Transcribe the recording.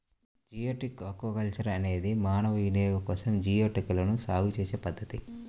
geoduck aquaculture అనేది మానవ వినియోగం కోసం జియోడక్లను సాగు చేసే పద్ధతి